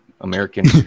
American